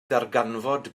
ddarganfod